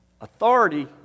Authority